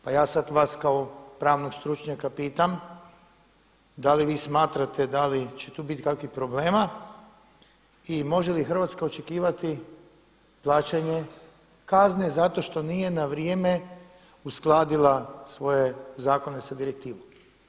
Pa ja sada vas kao pravnog stručnjaka pitam da li vi smatrate da li će tu biti kakvih problema i može li Hrvatska očekivati plaćanje kazne zato što nije na vrijeme uskladila svoje zakone sa direktivama?